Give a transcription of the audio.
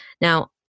Now